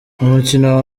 umukino